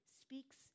speaks